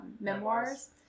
memoirs